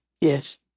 yes